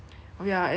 you and mum